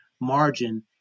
margin